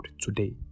today